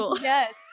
yes